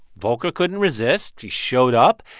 volcker couldn't resist. he showed up.